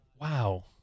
wow